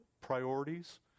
priorities